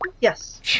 Yes